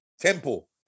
temple